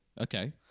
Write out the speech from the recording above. Okay